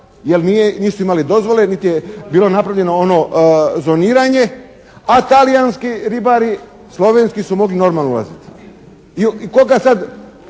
jer nisu imali dozvole niti je bilo napravljeno ono zoniranje, a talijanski ribari, slovenski su mogli normalno ulaziti. I koga sad,